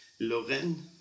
Loren